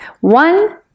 One